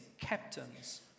captains